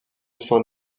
son